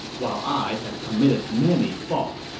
while i have committed many faults,